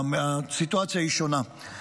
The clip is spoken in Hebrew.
הסיטואציה היא שונה.